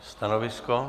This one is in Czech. Stanovisko?